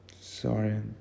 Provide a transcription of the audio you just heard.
sorry